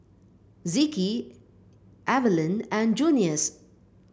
Zeke Eveline and Junious